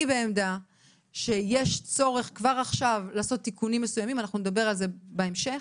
אני חושבת שיש צורך כבר עכשיו לעשות תיקונים מסוימים ונדבר על זה בהמשך.